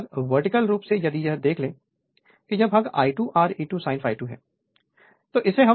और यह भाग वर्टिकल रूप से यदि यह देख ले कि यह भाग I2 Re2 sin ∅2 है